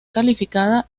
calificada